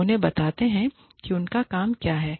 हम उन्हें बताते हैं कि उनका काम क्या है